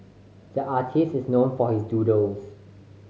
the artist is known for his doodles